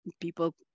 people